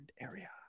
area